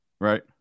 right